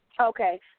Okay